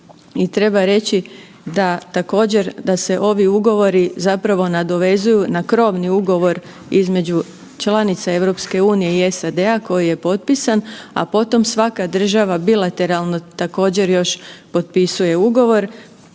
treba reći također da se ovi ugovori nadovezuju na krovni ugovor između članica EU i SAD-a koji je potpisan, a potom svaka država bilateralno također još potpisuje ugovor.